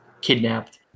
kidnapped